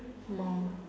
more